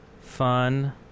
fun